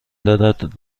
دارد